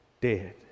Dead